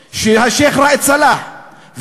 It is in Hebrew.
שהשיח' ראאד סלאח,